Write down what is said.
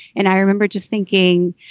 and i remember just thinking,